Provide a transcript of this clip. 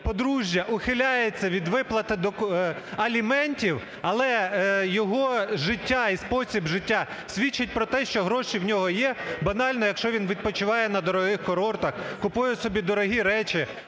подружжя ухиляється від виплати аліментів, але його життя і спосіб життя свідчить про те, що гроші в нього є, банально, якщо він відпочиває на дорогих курортах, купує собі дорогі речі,